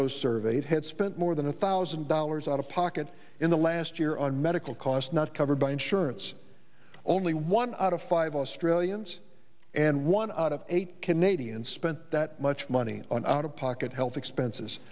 those surveyed had spent more than a thousand dollars out of pocket in the last year on medical costs not covered by insurance only one out of five australians and one out of eight canadian spent that much money on out of pocket health expenses